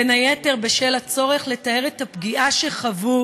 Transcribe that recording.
בין היתר בשל הצורך לתאר את הפגיעה שחוו